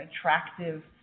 attractive